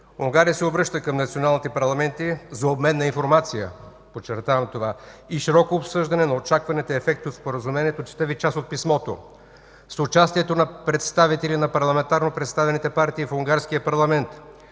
Унгария се обръща към националните парламенти за обмен на информация – подчертавам това, и широко обсъждане на очакваните ефекти от Споразумението. Чета Ви част от писмото: „С участието на представители на парламентарно представените партии в унгарския парламент